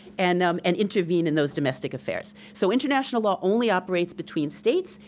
and um and intervene in those domestic affairs. so international law only operates between states.